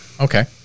Okay